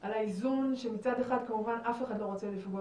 על האיזון שמצד אחד כמובן אף אחד לא רוצה לפגוע,